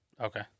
Okay